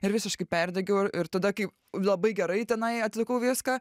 ir visiškai perdegiau ir ir tada kai labai gerai tenai atlikau viską